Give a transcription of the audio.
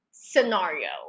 scenario